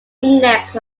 index